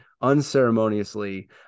unceremoniously